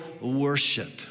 worship